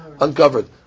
uncovered